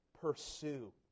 pursue